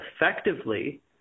effectively